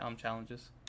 challenges